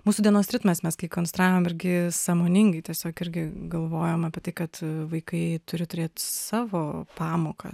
mūsų dienos ritmas mes kai konstravom irgi sąmoningai tiesiog irgi galvojom apie tai kad vaikai turi turėt savo pamoką